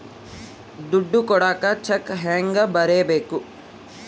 ದುಡ್ಡು ಕೊಡಾಕ ಚೆಕ್ ಹೆಂಗ ಬರೇಬೇಕು?